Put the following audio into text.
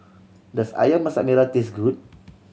does Ayam Masak Merah taste good